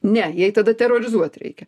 ne jai tada terorizuot reikia